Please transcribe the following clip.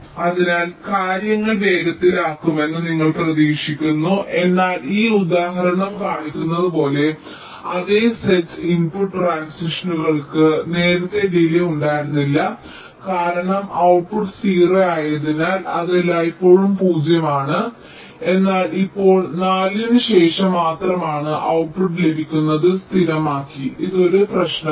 അതിനാൽ കാര്യങ്ങൾ വേഗത്തിലാകുമെന്ന് നിങ്ങൾ പ്രതീക്ഷിക്കുന്നു എന്നാൽ ഈ ഉദാഹരണം കാണിക്കുന്നത് പോലെ അതേ സെറ്റ് ഇൻപുട്ട് ട്രാൻസിഷനുകൾക്ക് നേരത്തെ ഡിലേയ് ഉണ്ടായിരുന്നില്ല കാരണം ഔട്ട്പുട്ട് 0 ആയതിനാൽ അത് എല്ലായ്പ്പോഴും പൂജ്യമാണ് എന്നാൽ ഇപ്പോൾ 4 ന് ശേഷം മാത്രമാണ് ഔട്ട്പുട്ട് ലഭിക്കുന്നത് സ്ഥിരമാക്കി ഇത് ഒരു പ്രശ്നമാണ്